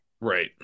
Right